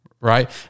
right